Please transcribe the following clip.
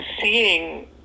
seeing